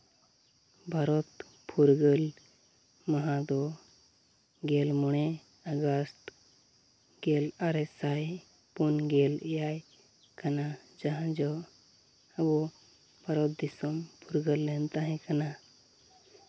ᱵᱷᱟᱨᱚᱛ ᱯᱷᱩᱨᱜᱟᱹᱞ ᱢᱟᱦᱟ ᱫᱚ ᱜᱮᱞ ᱢᱚᱬᱮ ᱟᱜᱟᱥᱴ ᱜᱮᱞ ᱟᱨᱮ ᱥᱟᱭ ᱯᱩᱱ ᱜᱮᱞ ᱮᱭᱟᱭ ᱠᱟᱱᱟ ᱡᱟᱦᱟᱸ ᱡᱚ ᱟᱵᱚ ᱵᱷᱟᱨᱚᱛ ᱫᱤᱥᱚᱢ ᱯᱷᱩᱨᱜᱟᱹᱞ ᱞᱮᱱ ᱛᱟᱦᱮᱸ ᱠᱟᱱᱟ